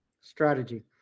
Strategy